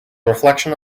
reflection